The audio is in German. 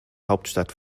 hauptstadt